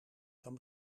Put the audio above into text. kan